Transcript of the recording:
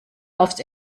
aufs